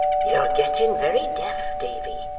you're getting very deaf, davy,